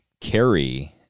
carry